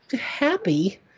happy